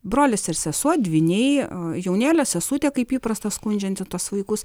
brolis ir sesuo dvyniai jaunėlė sesutė kaip įprasta skundžianti tuos vaikus